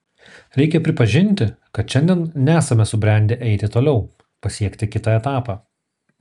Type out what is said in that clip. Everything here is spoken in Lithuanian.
reikia pripažinti kad šiandien nesame subrendę eiti toliau pasiekti kitą etapą